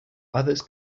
others